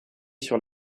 sur